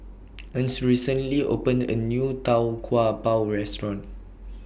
Ernst recently opened A New Tau Kwa Pau Restaurant